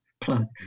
plug